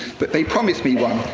but they promised me one.